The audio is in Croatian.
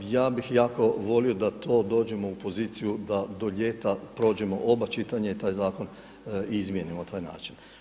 Ja bih jako volio da tu dođemo u poziciju da do ljeta prođemo oba čitanja i taj zakon izmijenimo na taj način.